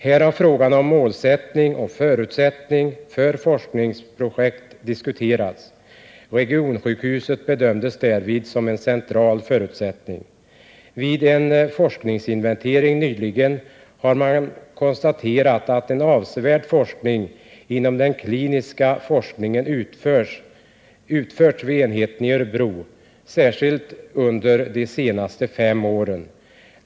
Här har frågan om målsättning och förutsättningar för forskningsprojekt diskuterats. Regionsjukhuset bedömdes därvid som en central förutsättning. Vid en forskningsinventering nyligen har man konstaterat att en avsevärd verksamhet inom den kliniska forskningen bedrivits vid enheten i Örebro, särskilt under de senaste fem åren.